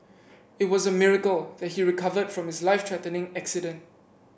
it was a miracle that he recovered from his life threatening accident